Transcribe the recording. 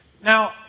Now